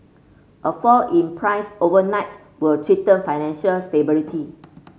a fall in price overnight will threaten financial stability